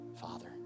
Father